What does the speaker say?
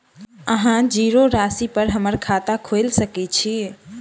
अहाँ जीरो राशि पर हम्मर खाता खोइल सकै छी?